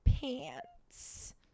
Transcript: pants